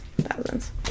thousands